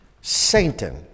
Satan